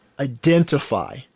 identify